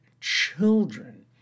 children